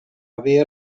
havia